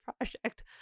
Project